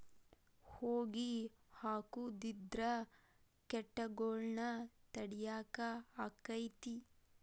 ಹೊಗಿ ಹಾಕುದ್ರಿಂದ ಕೇಟಗೊಳ್ನ ತಡಿಯಾಕ ಆಕ್ಕೆತಿ?